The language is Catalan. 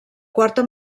quarta